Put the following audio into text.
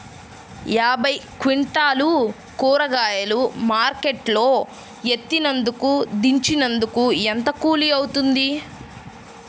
యాభై క్వింటాలు కూరగాయలు మార్కెట్ లో ఎత్తినందుకు, దించినందుకు ఏంత కూలి అవుతుంది?